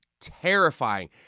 terrifying